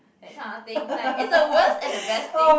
that kind of thing like it's the worst and the best thing